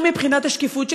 גם מבחינת השקיפות.